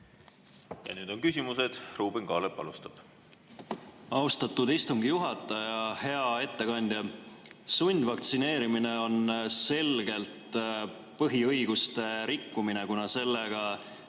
Nüüd on küsimused. Ruuben Kaalep alustab. Austatud istungi juhataja! Hea ettekandja! Sundvaktsineerimine on selgelt põhiõiguste rikkumine, kuna sellega